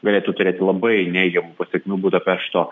galėtų turėti labai neigiamų pasekmių budapešto